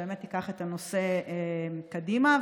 שתיקח את הנושא קדימה,